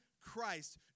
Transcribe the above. Christ